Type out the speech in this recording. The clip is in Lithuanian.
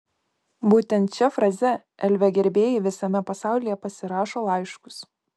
būtent šia fraze elvio gerbėjai visame pasaulyje pasirašo laiškus